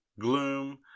gloom